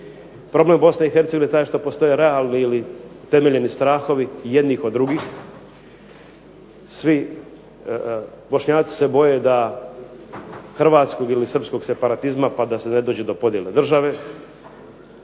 Problem BiH je taj što postoje realni ili temeljeni strahovi jednih od drugih. Bošnjaci se boje da hrvatskog ili srpskog separatizma pa da ne dođe do podijele države,